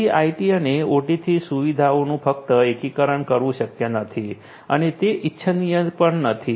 તેથી આઇટી અને ઓટીથી સુવિધાઓનું ફક્ત એકીકરણ કરવું શક્ય નથી અને તે ઇચ્છનીય પણ નથી